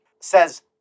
says